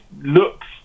looks